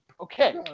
Okay